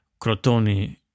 Crotoni